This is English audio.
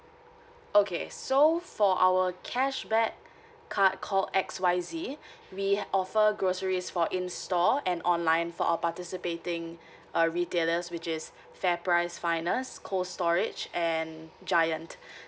okay so for our cashback card called X Y Z we offer groceries for in store an online for our participating uh retailers which is fairprice finest cold storage and giant